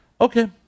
Okay